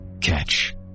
Catch